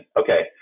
Okay